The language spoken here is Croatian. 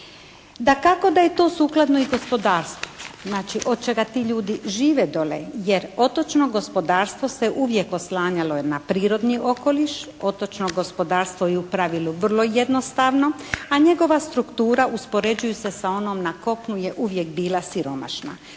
Dakako da je to sukladno i gospodarstvu znači od čega ti ljudi žive dole, jer otočno gospodarstvo se uvijek oslanjalo na prirodni okoliš, otočno gospodarstvo je u pravilu vrlo jednostavno a njegova struktura uspoređuje se sa onom na kopnu je uvijek bila siromašna.